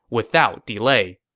without delay.